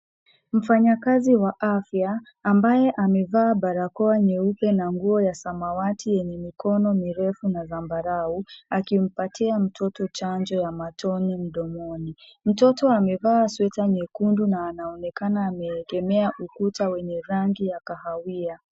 Mfanyakazi wa afya ambaye amevaa barakoa nyeupe na nguo ya samawati yenye mikono mirefu na zambarau akimpatia mtoto chanjo ya matone mdomoni. Mtoto amevaa sweta nyekundu na anaonekana ameegemea ukuta wenye rangi ya kahawia.